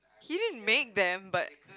he didn't make them but